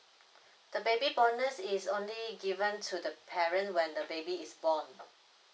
the baby bonus is only given to the parent when the baby is born